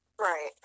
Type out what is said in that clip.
right